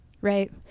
right